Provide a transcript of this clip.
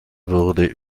würde